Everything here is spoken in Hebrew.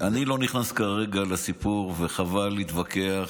אני לא נכנס כרגע לסיפור, וחבל להתווכח.